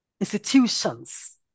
institutions